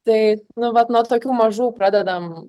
tai nu vat nuo tokių mažų pradedam